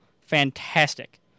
fantastic